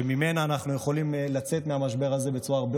שממנה אנחנו יכולים לצאת בצורה הרבה